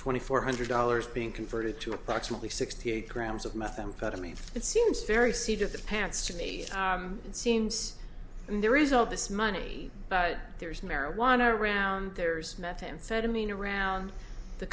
twenty four hundred dollars being converted to approximately sixty eight grams of methamphetamine it seems very seat of the pants to me it seems and there is all this money but there's marijuana around there's methamphetamine around the